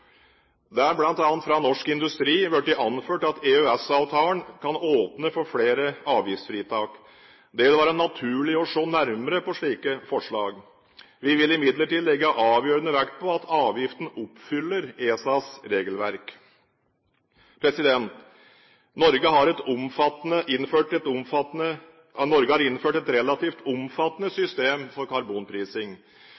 fra Norsk Industri blitt anført at EØS-avtalen kan åpne for flere avgiftsfritak. Det vil være naturlig å se nærmere på slike forslag. Vi vil imidlertid legge avgjørende vekt på at avgiften oppfyller ESAs regelverk. Norge har innført et relativt omfattende system for karbonprising. Virkemidler i Norge